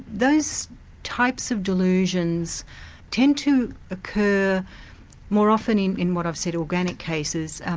those types of delusions tend to occur more often in in what i've said, organic cases,